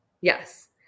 Yes